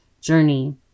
journey